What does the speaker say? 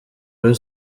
rayon